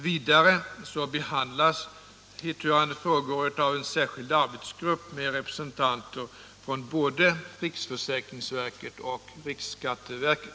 Vidare behandlas hithörande frågor av en särskild arbetsgrupp med representanter från både riksförsäkringsverket och riksskatteverket.